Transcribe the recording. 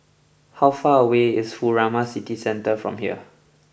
how far away is Furama City Centre from here